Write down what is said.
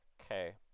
Okay